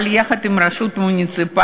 אבל יחד עם הרשות המוניציפלית.